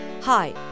Hi